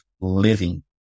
living